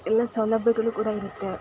ಎಲ್ಲ ಸೌಲಭ್ಯಗಳು ಕೂಡ ಇರುತ್ತೆ